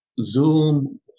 zoom